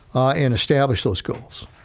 ah and establish those schools.